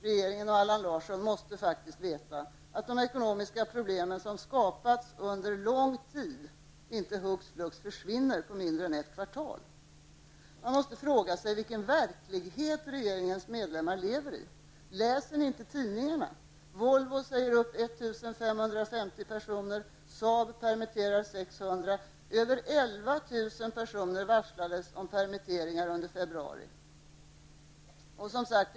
Regeringen och Allan Larsson måste faktiskt veta att de ekonomiska problem som skapats under lång tid inte hux flux försvinner på mindre än ett kvartal. Man måste fråga sig vilken verklighet regeringens medlemmar lever i, läser ni inte tidningarna? Volvo säger upp 1 550 personer, SAAB permitterar 600 personer -- över 11 000 personer varslades om permitteringar under februari.